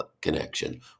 connection